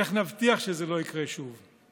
איך נבטיח שזה לא יקרה שוב?